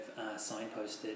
signposted